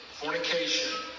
fornication